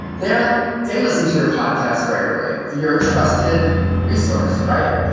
they um they listen to your podcast regularly. you're a trusted resource, right?